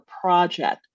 project